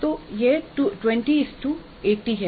तो यह 2080 है